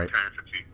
Right